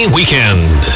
Weekend